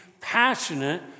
passionate